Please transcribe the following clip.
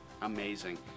amazing